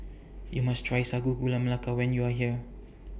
YOU must Try Sago Gula Melaka when YOU Are here